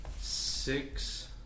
Six